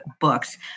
books